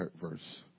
verse